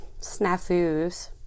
snafus